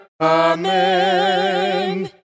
Amen